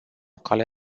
cale